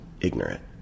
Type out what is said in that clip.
ignorant